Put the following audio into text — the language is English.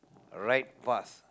right path